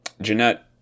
Jeanette